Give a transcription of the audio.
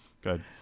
good